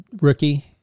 rookie